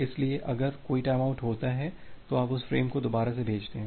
इसलिए अगर कोई टाइमआउट होता है तो आप उस फ्रेम को दोबारा से भेजते हैं